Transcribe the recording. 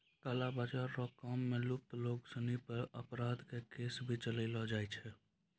काला बाजार रो काम मे लिप्त लोग सिनी पर अपराध के केस भी चलैलो जाय छै